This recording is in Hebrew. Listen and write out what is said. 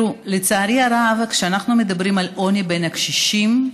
לצערי הרב, כשאנחנו מדברים על עוני בין הקשישים,